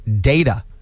data